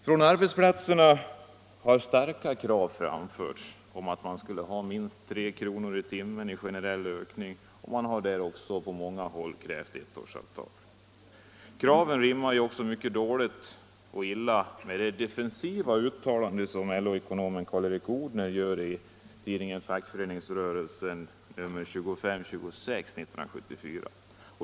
Från arbetsplatserna har starka krav framförts på minst 3 kr. per timme i generell löneökning. Man har också på många håll krävt ettårsavtal. Kraven rimmar mycket illa med de defensiva uttalanden som LO-ekonomen Clas-Erik Odhner gör i tidningen Fackföreningsrörelsen nr 25/26 år 1974.